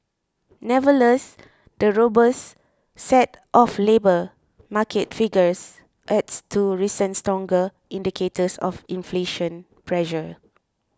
nevertheless the robust set of labour market figures adds to recent stronger indicators of inflation pressure